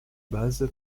base